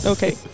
Okay